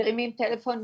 אנחנו מרימים טלפון,